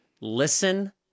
listen